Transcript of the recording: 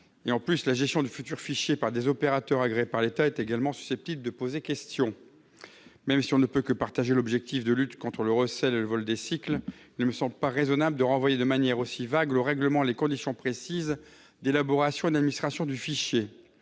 en plus, la gestion du futur fichier par des opérateurs ayant obtenu l'agrément de l'État est également susceptible de soulever des questions. Même si on ne peut que partager l'objectif de lutte contre le recel et le vol des cycles, il ne me semble pas raisonnable de renvoyer de manière aussi vague le règlement de la question et les conditions précises d'élaboration et d'administration du fichier.